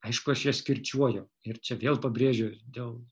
aišku aš jas kirčiuoju ir čia vėl pabrėžiu dėl